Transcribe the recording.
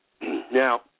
Now